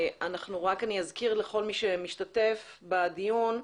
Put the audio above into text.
רק אני אזכיר לכל מי שמשתתף בדיון,